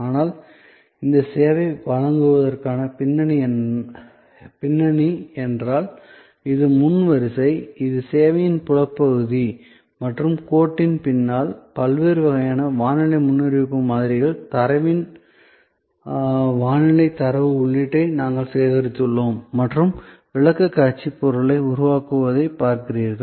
ஆனால் இந்த சேவையை வழங்குவதற்கான பின்னணி என்றால் இது முன் வரிசை இது சேவையின் புலப்படும் பகுதி மற்றும் கோட்டின் பின்னால் பல்வேறு வகையான வானிலை முன்னறிவிப்பு மாதிரிகளில் தரவின் வானிலை தரவு உள்ளீட்டை நாங்கள் சேகரித்துள்ளோம் மற்றும் விளக்கக்காட்சிப் பொருளை உருவாக்குவதைப் பார்க்கிறீர்கள்